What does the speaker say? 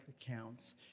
accounts